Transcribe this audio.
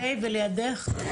ולידך?